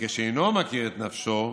וכשאינו מכיר את נפשו,